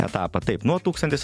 etapą taip nuo tūkstantis